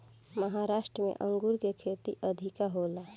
महाराष्ट्र में अंगूर के खेती अधिका होला